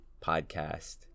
podcast